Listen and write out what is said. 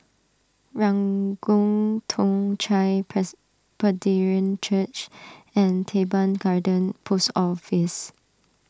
Ranggung Toong Chai Presbyterian Church and Teban Garden Post Office